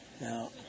Now